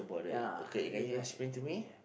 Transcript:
ya that's why